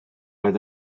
oedd